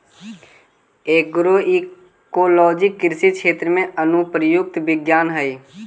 agroecology कृषि क्षेत्र में अनुप्रयुक्त विज्ञान हइ